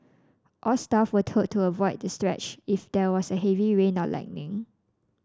all staff were told to avoid that stretch if there was a heavy rain or lightning